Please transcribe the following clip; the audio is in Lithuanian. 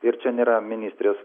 ir čia nėra ministrės